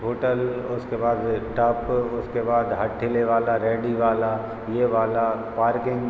hotel और उसके बाद यह टप उसके बाद हट्ठिले वाला रेड़ी वाला यह वाला पार्किंग